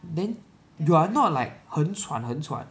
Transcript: then you are not like 很喘很喘